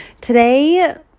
Today